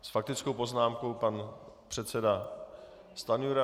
S faktickou poznámkou pan předseda Stanjura.